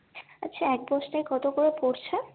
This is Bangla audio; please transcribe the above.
আচ্ছা এক বস্তায় কত করে পড়ছে